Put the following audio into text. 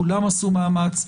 כולם עשו מאמץ,